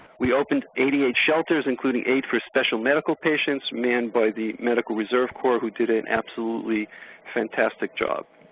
we opened eighty eight shelters including eight for special medical patients manned by the medical reserve corps who did an absolutely fantastic job.